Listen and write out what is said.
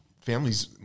families